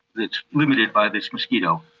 it's limited by this mosquito.